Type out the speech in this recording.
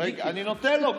אני נותן לו.